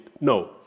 No